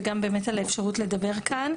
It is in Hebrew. וגם באמת על האפשרות לדבר כאן.